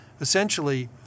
Essentially